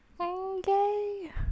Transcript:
okay